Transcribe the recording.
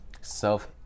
self